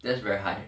that's very high